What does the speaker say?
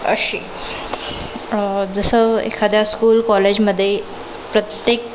जसं एखाद्या स्कूल कॉलेजमध्ये प्रत्येक